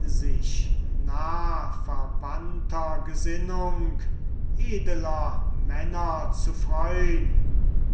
sich nahverwandter gesinnung edeler männer zu freun